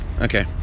Okay